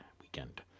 Weekend